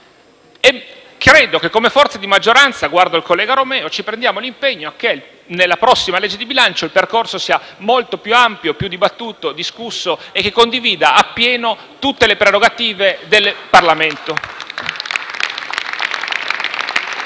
quindi che come forze di maggioranza - e mi rivolgo al collega Romeo - assumiamo l'impegno affinché nella prossima legge di bilancio il percorso sia molto più ampio, più dibattuto, discusso, e che condivida appieno tutte le prerogative del Parlamento.